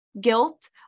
guilt